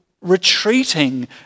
retreating